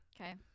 Okay